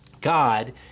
God